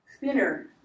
thinner